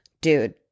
dude